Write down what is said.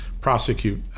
prosecute